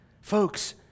folks